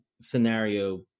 scenario